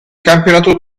campionato